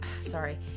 sorry